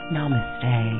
Namaste